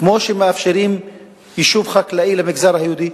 כמו שמאפשרים יישוב חקלאי למגזר היהודי,